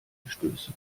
verstöße